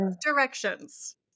directions